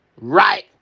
right